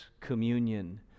communion